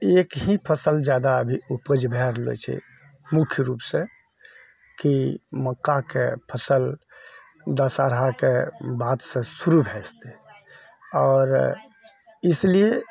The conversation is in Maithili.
एक ही फसल ज्यादा अभी उपज भऽ रहलऽ छै मुख्य रूपसँ कि मक्काके फसल दशहराके बादसँ शुरू भऽ जेतै आओर इसलिए